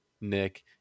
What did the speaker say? Nick